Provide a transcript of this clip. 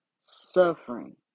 suffering